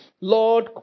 Lord